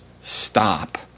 stop